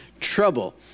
trouble